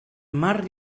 mar